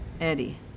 Eddie